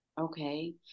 Okay